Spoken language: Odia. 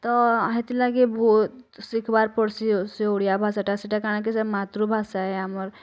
ତ ହେତିଲାଗି ବହୁତ୍ ଶିଖବାର୍ ପଡ଼୍ସି ସେ ଓଡ଼ିଆଭାଷାଟା ସେଇଟା କାଣା କି ସେ ମାତୃଭାଷାଏ ଆମର୍